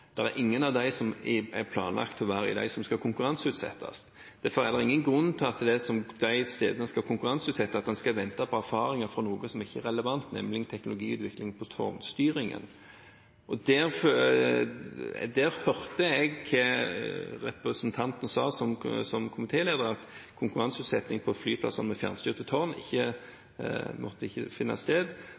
der en nå jobber med å få fjernstyrte tårn. Ingen av dem er planlagt å være blant dem som skal konkurranseutsettes. Derfor er det ingen grunn til at en på de stedene som en skal konkurranseutsette, skal vente på erfaringer fra noe som ikke er relevant, nemlig en teknologiutvikling når det gjelder tårnstyringen. Jeg hørte representanten sa – som komitélederen – at konkurranseutsetting av flyplasser med fjernstyrte tårn ikke måtte finne sted.